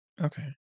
Okay